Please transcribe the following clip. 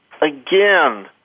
again